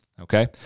Okay